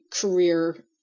career